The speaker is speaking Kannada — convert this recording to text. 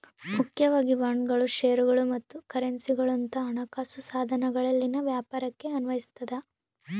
ಮುಖ್ಯವಾಗಿ ಬಾಂಡ್ಗಳು ಷೇರುಗಳು ಮತ್ತು ಕರೆನ್ಸಿಗುಳಂತ ಹಣಕಾಸು ಸಾಧನಗಳಲ್ಲಿನ ವ್ಯಾಪಾರಕ್ಕೆ ಅನ್ವಯಿಸತದ